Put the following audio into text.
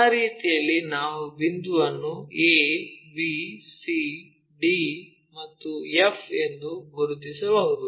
ಆ ರೀತಿಯಲ್ಲಿ ನಾವು ಬಿಂದುವನ್ನು a b c d e ಮತ್ತು f ಎಂದು ಗುರುತಿಸಬಹುದು